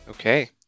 Okay